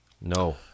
No